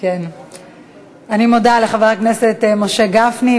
אני מודה לחבר הכנסת משה גפני.